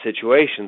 situations